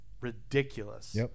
ridiculous